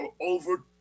over